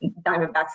diamondbacks